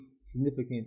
significant